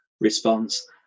response